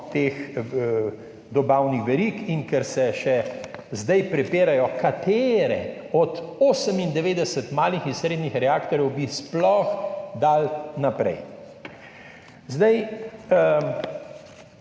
teh dobavnih verig in ker se še zdaj prepirajo, katere od 98 malih in srednjih reaktorjev bi sploh dali naprej.